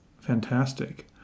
Fantastic